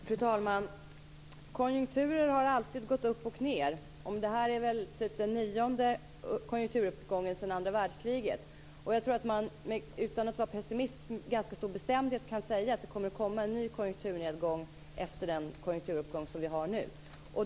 Fru talman! Konjunkturer har alltid gått upp och ned. Detta är kanske den nionde konjunkturuppgången sedan andra världskriget. Jag tror att man utan att vara pessimist med ganska stor bestämdhet kan säga att det kommer att komma en ny konjunkturnedgång efter den konjunkturuppgång som vi har nu.